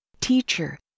Teacher